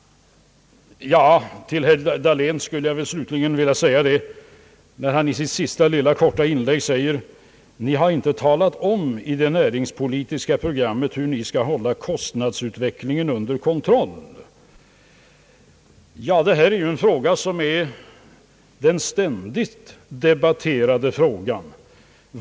Herr Dahlén säger i sitt sista, korta inlägg att vi i det näringspolitiska programmet inte har talat om hur vi skall hålla kostnadsutvecklingen »under kontroll». Ja, detta är ju den ständigt debatterade frågan!